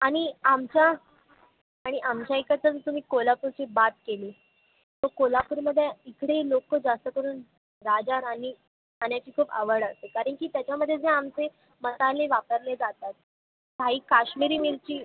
आणि आमचा आणि आमच्या इकडचं जर तुम्ही कोल्हापूरची बात केली तर कोल्हापूरमध्ये इकडेही लोक जास्त करून राजाराणी खाण्याची खूप आवड असते कारण की त्याच्यामध्ये जे आमचे मसाले वापरले जातात काही काश्मिरी मिरची